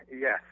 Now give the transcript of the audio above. yes